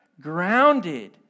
grounded